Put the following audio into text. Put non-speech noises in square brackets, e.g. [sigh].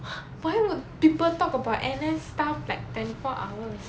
[laughs] why would people talk about N_S stuff like twenty four hours